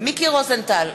מיקי רוזנטל,